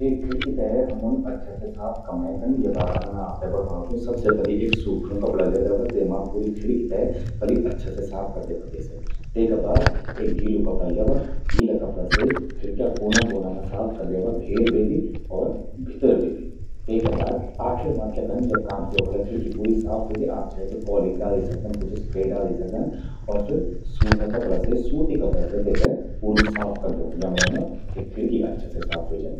एक खिड़कि ते हमुन अच्छा से साफ कमण्ये कन, ये बारा मां मैं आपते बतौणूं छूं। सबसे पलि एक सूख्यूं कपड़ा ल्ये द्यवा, तेमा पूरी खिड़कि ते पलि अच्छा से साफ कर द्यवा तेसे। तेका बाद एक गीलु कपड़ा ल्यवा। गीला कपड़ा से खिड़क्या कोना कोना मां साफ कर द्यवा। भेर बे भि और भितर बे भि। तेका बाद आखिर मां क्या कन आप द्योखला खिड़कि पूरी साफ व्हेगि, आप चाहे त कॉलिन डाली सकदन, कुछ स्प्रे डाली सकदन। और फिर सूखा कपड़ा से, सूती कपड़ा से तेते पूरू साफ कर द्योण। यमण्ये मां एक खिड़कि अच्छा से साफ व्हे जंदि।